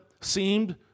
seemed